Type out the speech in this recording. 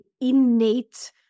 innate